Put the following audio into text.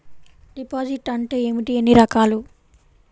Deposit అంటే ఏమిటీ ఎన్ని రకాలు?